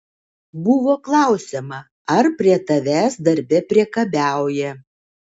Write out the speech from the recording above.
buvo klausiama ar prie tavęs darbe priekabiauja